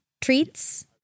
treats